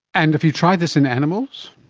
and have you tried this in animals?